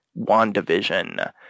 WandaVision